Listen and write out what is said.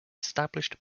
established